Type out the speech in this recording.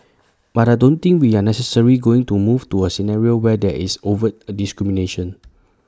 but I don't think we are necessary going to move to A scenario where there is overt A discrimination